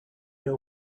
know